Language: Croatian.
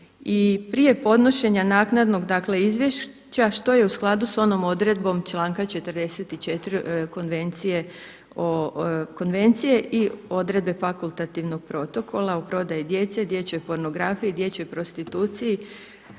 prije podnošenja naknadnog dakle izvješća što je u skladu sa onom odredbom članka 44. konvencije o, konvencije i odredbe fakultativnog protokola o prodaji djece, dječjoj pornografiji, dječjoj prostituciji